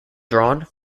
drawn